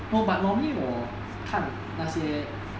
no but normally 我看那些